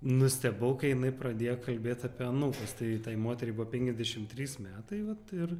nustebau kai jinai pradėjo kalbėt apie anūkus tai tai moteriai buvo penkiasdešim trys metai vat ir